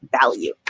value